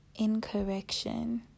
incorrection